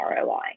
ROI